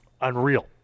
Unreal